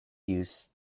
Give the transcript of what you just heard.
use